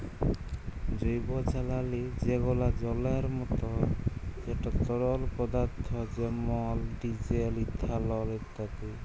জৈবজালালী যেগলা জলের মত যেট তরল পদাথ্থ যেমল ডিজেল, ইথালল ইত্যাদি